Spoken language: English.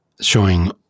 showing